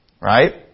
right